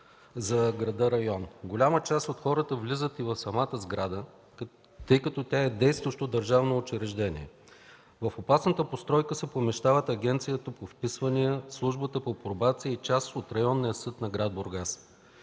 за града. Голяма част от хората влизат и в самата сграда, тъй като тя е действащо държавно учреждение. В опасната постройка се помещават Агенцията по вписванията, Службата по пробация и част от Районния съд на град Бургас.